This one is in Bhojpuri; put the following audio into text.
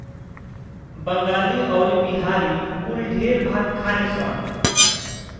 बंगाली अउरी बिहारी कुल ढेर भात खाने सन